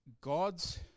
god's